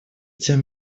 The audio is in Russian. тем